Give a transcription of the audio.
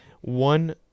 one